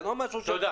תודה.